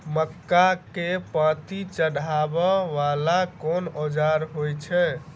मक्का केँ पांति चढ़ाबा वला केँ औजार होइ छैय?